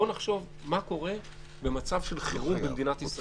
בואו נחשוב מה קורה במצב של חירום במדינת ישראל